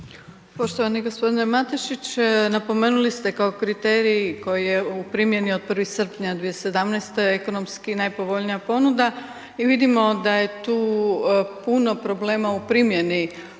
Poštovani gospodine Matešić napomenuli ste kao kriterij koji je u primjeni od 1. srpnja 2017. ekonomski najpovoljnija ponuda i vidimo da je tu puno problema u primjeni